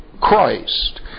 Christ